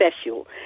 special